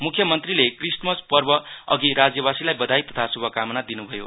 मुख्यमन्त्रीले क्रिष्टमस पर्व अघि राज्यमासीलाई बधाई तथा शुभकामना दिनुभयो